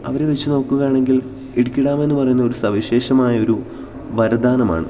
അവരെ വച്ചുനോക്കുകയാണെങ്കിൽ ഇടുക്കി ഡാം എന്നു പറയുന്നത് ഒരു സവിശേഷമായൊരു വരദാനമാണ്